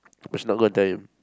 but she not going to tell him